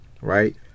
right